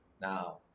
Now